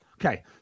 Okay